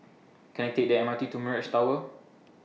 Can I Take The M R T to Mirage Tower